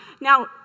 Now